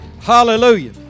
Hallelujah